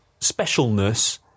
specialness